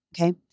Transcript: okay